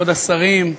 כבוד השרים,